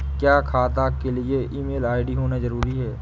क्या खाता के लिए ईमेल आई.डी होना जरूरी है?